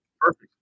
Perfect